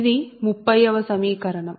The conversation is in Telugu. ఇది 30 వ సమీకరణం